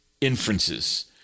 inferences